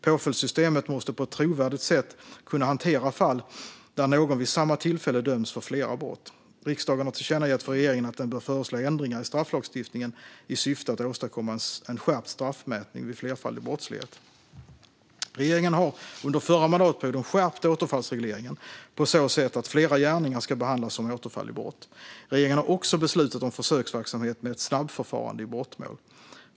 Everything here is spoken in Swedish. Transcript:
Påföljdssystemet måste på ett trovärdigt sätt kunna hantera fall där någon vid samma tillfälle döms för flera brott. Riksdagen har tillkännagett för regeringen att den bör föreslå ändringar i strafflagstiftningen i syfte att åstadkomma en skärpt straffmätning vid flerfaldig brottslighet. Regeringen har under förra mandatperioden skärpt återfallsregleringen på så sätt att fler gärningar ska behandlas som återfall i brott. Regeringen har också beslutat om försöksverksamhet med ett snabbförfarande i brottmål.